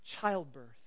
childbirth